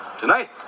tonight